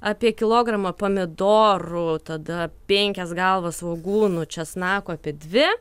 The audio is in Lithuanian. apie kilogramą pomidorų tada penkias galvas svogūnų česnakų apie dvi